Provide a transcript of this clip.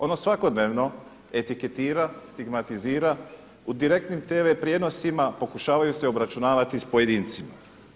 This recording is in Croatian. Ono svakodnevno etiketira, stigmatizira, u direktnim TV prijenosima pokušavaju se obračunavati sa pojedincima.